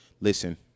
listen